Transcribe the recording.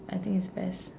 I think it's ves